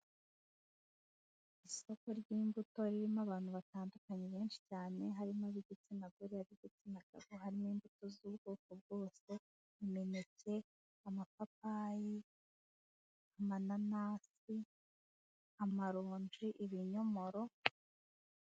Isoko ry'imbuto ririmo abantu batandukanye benshi cyane, harimo ab'igitsina gore, ab'igitsina gabo, harimo imbuto z'ubwoko bwose: imineke, amapapayi, amanasi, amaronje, ibinyomoro.